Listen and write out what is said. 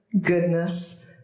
goodness